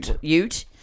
ute